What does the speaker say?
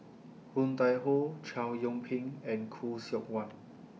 Woon Tai Ho Chow Yian Ping and Khoo Seok Wan